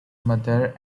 mother